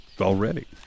already